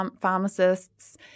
pharmacists